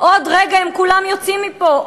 עוד רגע הם כולם יוצאים מפה,